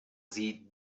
sie